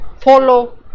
follow